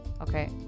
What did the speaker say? Okay